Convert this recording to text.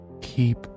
keep